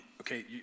okay